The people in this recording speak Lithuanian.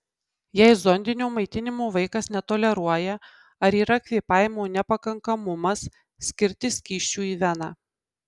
jei zondinio maitinimo vaikas netoleruoja ar yra kvėpavimo nepakankamumas skirti skysčių į veną